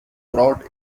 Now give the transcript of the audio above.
brought